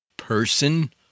Person